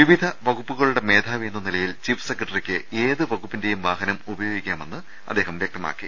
വിവിധ വകു പ്പുകളുടെ മേധാവി എന്ന നിലയിൽ ചീഫ് സെക്രട്ടറിക്ക് ഏതു വകുപ്പിന്റെയും വാഹനം ഉപയോഗിക്കാമെന്നും അദ്ദേഹം വൃക്തമാക്കി